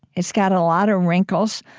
it's got a lot of wrinkles,